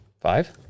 Five